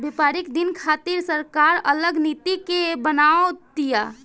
व्यापारिक दिन खातिर सरकार अलग नीति के बनाव तिया